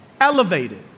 elevated